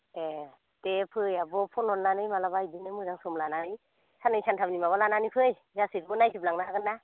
एह दे फै आब' फन हरनानै मालाबा इदिनो मोजां सम लानानै सान्नै सानथामनि माबा लानानै फै गासैखौबो नायजोबलांनो हागोन ना